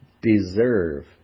deserve